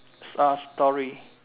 uh story